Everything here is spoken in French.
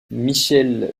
michel